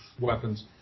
weapons